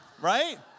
right